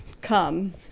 Come